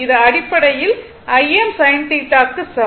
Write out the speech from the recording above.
இது அடிப்படையில் Im sinθ க்கு சமம்